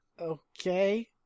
okay